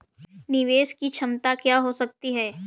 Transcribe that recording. निवेश की क्षमता क्या हो सकती है?